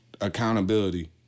accountability